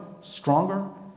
stronger